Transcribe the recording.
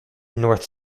north